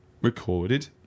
recorded